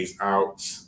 out